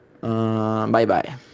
Bye-bye